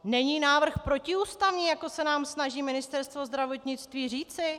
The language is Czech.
Není návrh protiústavní, jak se nám snaží Ministerstvo zdravotnictví říci?